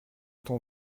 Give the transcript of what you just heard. ton